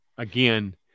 Again